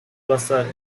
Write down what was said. basada